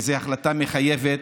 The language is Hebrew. וזו החלטה מחייבת,